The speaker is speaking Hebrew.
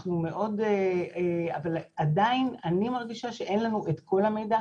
אנחנו מאוד בפנים אבל עדיין אני מרגישה שאין לנו את כל המידע.